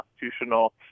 constitutional